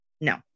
No